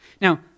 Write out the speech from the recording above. Now